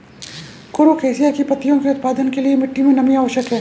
कुरुख एशिया की पत्तियों के उत्पादन के लिए मिट्टी मे नमी आवश्यक है